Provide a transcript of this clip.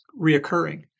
reoccurring